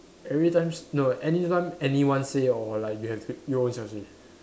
every time s~ no anytime anyone say or like you have you own self say